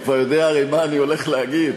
הוא כבר יודע הרי מה אני הולך להגיד.